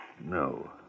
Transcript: No